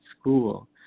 school